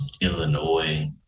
Illinois